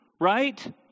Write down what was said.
Right